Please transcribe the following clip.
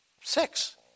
Six